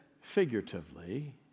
figuratively